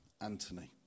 Anthony